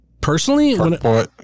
personally